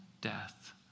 death